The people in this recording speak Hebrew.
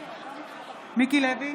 בעד מיקי לוי,